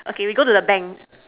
okay we go to the bank